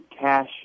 cash